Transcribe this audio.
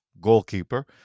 goalkeeper